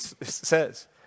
says